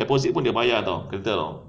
deposit pun dia bayar [tau] kereta [tau]